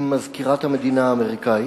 עם מזכירת המדינה האמריקנית,